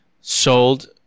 sold